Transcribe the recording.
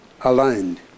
aligned